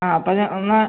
ആ അപ്പോൾ ഞാൻ ഒന്ന്